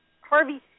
Harvey